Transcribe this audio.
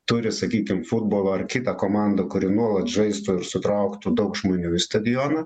turi sakykim futbolą ar kitą komandą kuri nuolat žaistų ir sutrauktų daug žmonių į stadioną